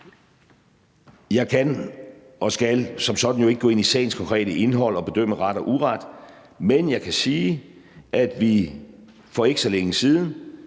Jeg kan og skal som sådan jo ikke gå ind i sagens konkrete indhold og bedømme ret og uret, men jeg kan sige, at vi for ikke så længe siden